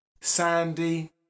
Sandy